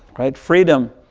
right. freedom